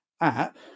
app